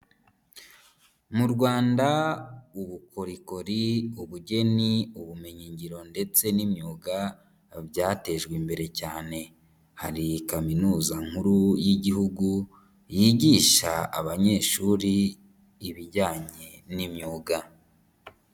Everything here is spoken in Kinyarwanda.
Mu Rwanda ubukorikori, ubugeni, ubumenyingiro ndetse n'imyuga byatejwe imbere cyane, hari Kaminuza nkuru y'Igihugu yigisha abanyeshuri ibijyanye n'imyuga.